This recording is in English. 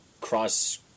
cross